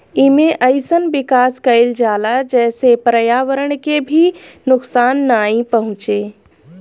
एमे अइसन विकास कईल जाला जेसे पर्यावरण के भी नुकसान नाइ पहुंचे